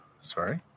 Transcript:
Sorry